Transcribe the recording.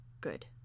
Good